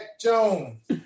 Jones